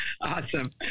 Awesome